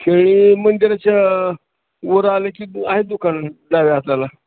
खेळी मंदिराच्या वरं आले की आहेत दुकानं डाव्या हाताला